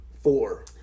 Four